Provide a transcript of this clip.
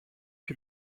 que